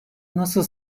nasıl